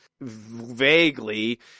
vaguely